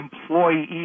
employee